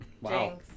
Wow